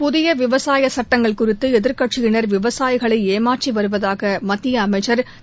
புதிய விவசாய சட்டங்கள் குறித்து எதிர்க்கட்சியினர் விவசாயிகளை ஏமாற்றி வருவதாக மத்திய அமைச்சர் திரு